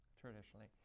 traditionally